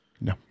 No